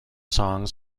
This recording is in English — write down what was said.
song